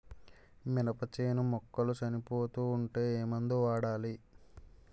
మినప చేను మొక్కలు చనిపోతూ ఉంటే ఏమందు వాడాలి?